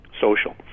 social